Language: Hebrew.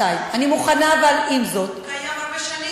קיים הרבה שנים.